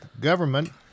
government